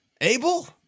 Abel